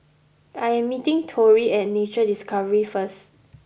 I am meeting Tory at Nature Discovery first